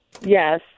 Yes